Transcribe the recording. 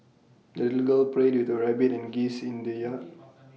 the little girl played with her rabbit and geese in the yard